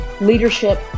leadership